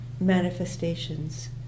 manifestations